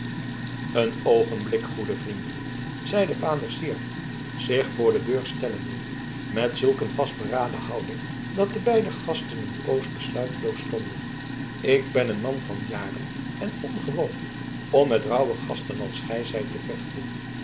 een oogenblik goede vrienden zeide vader syard zich voor de deur stellende met zulk een vastberadene houding dat de beide gasten een poos besluiteloos stonden ik ben een man van jaren en ongewoon om met rauwe gasten als gij zijt te vechten